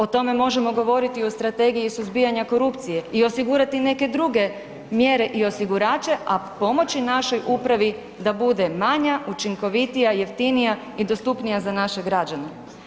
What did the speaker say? O tome možemo govoriti o strategiji suzbijanja korupciji i osigurati neke druge mjere i osigurače, a pomoći našoj upravi da bude manja, učinkovitija, jeftinija i dostupnija za naše građane.